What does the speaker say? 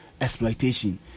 exploitation